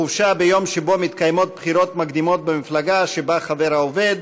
חופשה ביום שבו מתקיימות בחירות מקדימות במפלגה שבה חבר העובד),